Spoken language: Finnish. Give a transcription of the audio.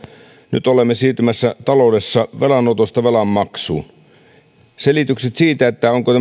nyt olemme siirtymässä taloudessa velanotosta velanmaksuun selitykset siitä onko